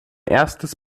erstes